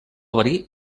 verí